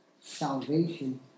salvation